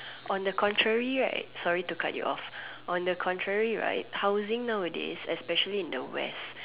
on the contrary right sorry to cut you off on the contrary right housing nowadays especially in the West